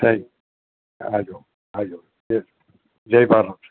આવજો આવજો જય ભારત